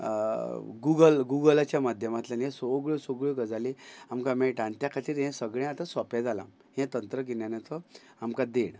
Google गुगलाच्या माध्यमांतल्यान ह्यो सगळ्यो सगळ्यो गजाली आमकां मेळटा आनी त्या खातीर हें सगळें आतां सोंपें जालां हें तंत्रगिन्यानाचो आमकां देण